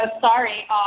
sorry